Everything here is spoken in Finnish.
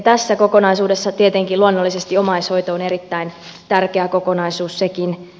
tässä kokonaisuudessa tietenkin luonnollisesti omaishoito on erittäin tärkeä kokonaisuus sekin